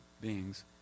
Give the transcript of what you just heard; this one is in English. beings